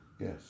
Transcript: Yes